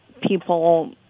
people